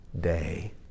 day